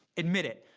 admit it.